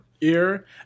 ear